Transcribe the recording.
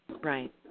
Right